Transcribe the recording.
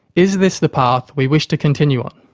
is this the path we wish to continue on?